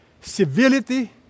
civility